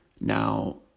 Now